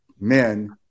men